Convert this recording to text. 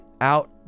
out